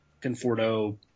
Conforto